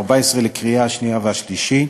להכנה לקריאה שנייה ושלישית